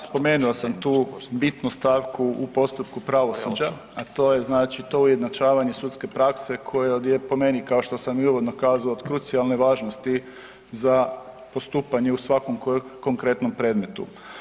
Da, spomenuo sam tu bitnu stavku u postupku pravosuđa, a to je znači to ujednačavanje sudske prakse koja je po meni kao što sam i uvodno kazao od krucijalne važnosti za postupanje u svakom konkretnom predmetu.